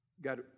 God